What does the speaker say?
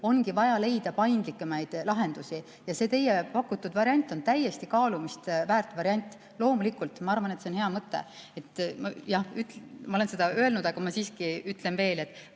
ongi vaja leida paindlikumaid lahendusi ja see teie pakutud variant on täiesti kaalumist väärt variant. Loomulikult ma arvan, et see on hea mõte. Jah, ma olen seda öelnud, aga ma siiski ütlen veel, et